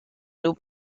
new